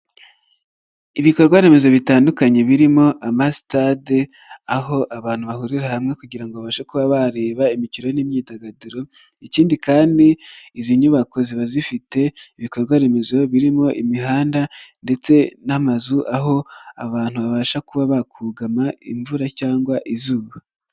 Ibikorwaremezo bitandukanye birimo ama sitade, aho abantu bahurira hamwe kugira ngo ngo babashe kuba bareba imikino n'imyidagaduro, ikindi kandi izi nyubako ziba zifite ibikorwaremezo birimo imihanda, ndetse n'amazu aho abantu babasha kuba bakugama imvura cyangwa izuba.